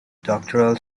doctoral